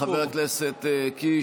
חבר הכנסת קיש,